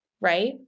right